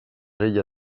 ella